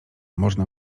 można